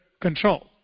control